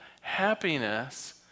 happiness